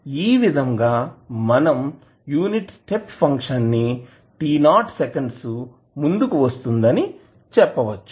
ఈ విధంగా మనం యూనిట్ స్టెప్ ఫంక్షన్ ని t 0 సెకండ్స్ ముందుకు వస్తుంది అని చెప్పవచ్చు